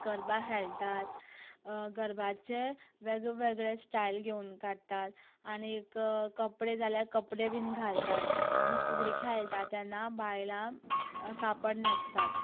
गरबा खेळटात गरबाचे वेगळेवेगळे स्टायल घेवन काडटात आनीक कपडे जाल्या कपडे बीन घालतात आनी फुगडी खेळटा तेन्ना बायलां कापड न्हेसतात